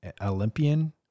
Olympian